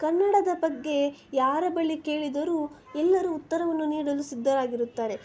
ಕನ್ನಡದ ಬಗ್ಗೆ ಯಾರ ಬಳಿ ಕೇಳಿದರೂ ಎಲ್ಲರೂ ಉತ್ತರವನ್ನು ನೀಡಲು ಸಿದ್ಧರಾಗಿರುತ್ತಾರೆ